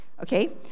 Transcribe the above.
Okay